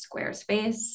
Squarespace